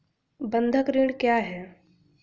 बंधक ऋण क्या है?